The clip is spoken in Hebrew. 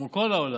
כמו כל העולם,